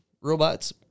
robots